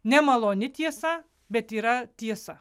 nemaloni tiesa bet yra tiesa